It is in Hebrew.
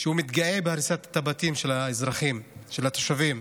שהוא מתגאה בהריסת הבתים של האזרחים, של התושבים?